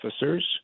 officers